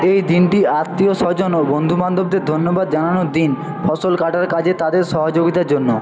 এই দিনটি আত্মীয় স্বজন ও বন্ধুবান্ধবদের ধন্যবাদ জানানোর দিন ফসল কাটার কাজে তাদের সহযোগিতার জন্য